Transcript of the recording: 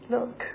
Look